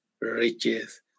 riches